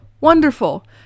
Wonderful